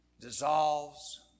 dissolves